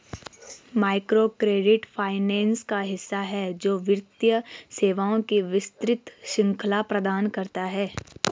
microcredit finance का हिस्सा है, जो वित्तीय सेवाओं की विस्तृत श्रृंखला प्रदान करता है